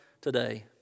today